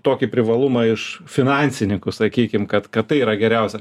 tokį privalumą iš finansininkų sakykim kad kad tai yra geriausia